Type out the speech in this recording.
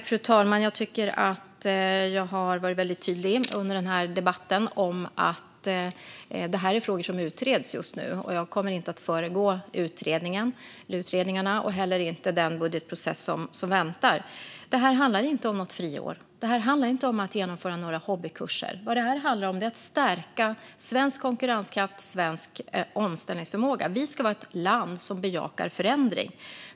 Fru talman! Jag tycker att jag har varit väldigt tydlig under den här debatten med att detta är frågor som utreds just nu. Jag kommer inte att föregå utredningarna och heller inte den budgetprocess som väntar. Det här handlar inte om något friår. Det här handlar inte om att genomföra några hobbykurser. Vad det här handlar om är att stärka svensk konkurrenskraft och svensk omställningsförmåga. Vi ska vara ett land som bejakar förändring.